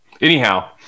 Anyhow